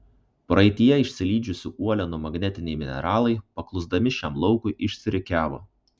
praeityje išsilydžiusių uolienų magnetiniai mineralai paklusdami šiam laukui išsirikiavo